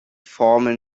formen